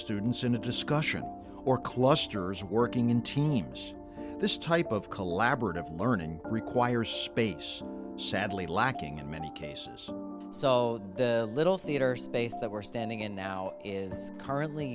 students in a discussion or clusters working in teams this type of collaborative learning requires space sadly lacking in many cases so the little theatre space that we're standing in now is currently